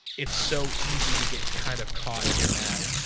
it's so easy to get kind of caught in that